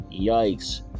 yikes